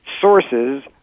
sources